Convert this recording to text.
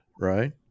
right